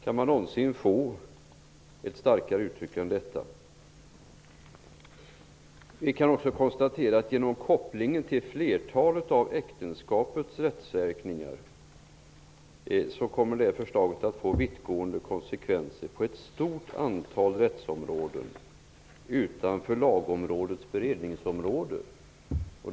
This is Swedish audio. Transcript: Kan man någonsin få ett starkare uttryck än detta? Genom kopplingen till flertalet av äktenskapets rättsverkningar kan vi också konstatera att det här förslaget kommer att få vittgående konsekvenser på ett stort antal rättsområden utanför Lagrådets beredningsområde.